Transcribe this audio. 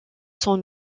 sont